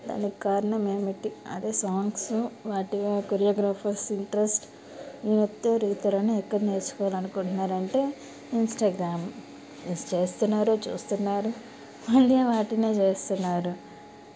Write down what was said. దానికి కారణం ఏమిటి అదే సాంగ్సు వాటి కొరియోగ్రాఫర్స్ ఇంట్రెస్ట్ నృత్య రీతులను ఎక్కడ నేర్చుకోవాలనుకుంటున్నారంటే ఇన్స్టాగ్రామ్ ఇస్ చేస్తున్నారు చూస్తున్నారు మళ్ళీ వాటినే చేస్తున్నారు